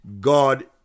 God